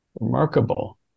Remarkable